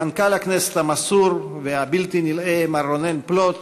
למנכ"ל הכנסת המסור והבלתי-נלאה, מר רונן פלוט,